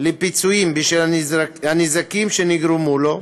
לפיצויים בשל הנזקים שנגרמו לו,